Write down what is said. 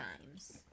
times